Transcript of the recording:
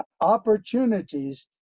opportunities